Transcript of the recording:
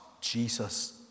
Jesus